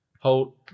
hold